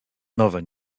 nowe